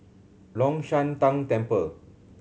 Long Shan Tang Temple